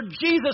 Jesus